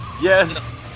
Yes